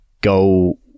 go